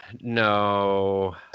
no